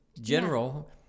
general